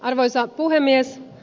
arvoisa puhemies